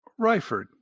Ryford